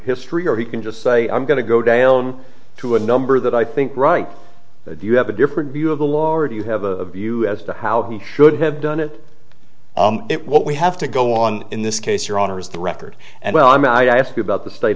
history or he can just say i'm going to go down to a number that i think right do you have a different view of the law or do you have a view as to how he should have done it what we have to go on in this case your honor is the record and i might ask you about the state